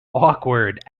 awkward